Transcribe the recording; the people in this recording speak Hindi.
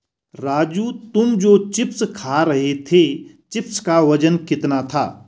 राजू तुम जो चिप्स खा रहे थे चिप्स का वजन कितना था?